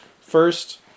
First